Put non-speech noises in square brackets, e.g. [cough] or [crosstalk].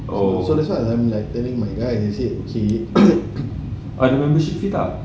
so that's what I'm like telling my guy he said okay [coughs]